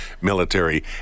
military